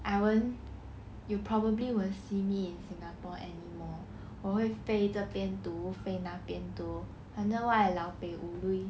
I won't you probably won't see me in singapore and 我会飞这边读飞那边读反正 !wah! eh lao peh 吴瑞:wu lui